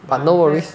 but no worries